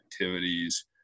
activities